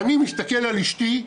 אני מסתכל על אשתי,